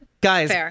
guys